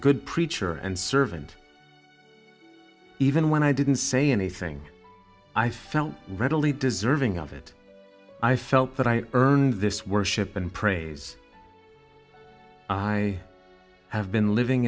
good preacher and servant even when i didn't say anything i felt readily deserving of it i felt that i earned this worship and praise i have been living